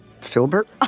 filbert